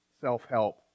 self-help